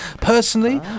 Personally